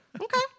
Okay